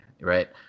right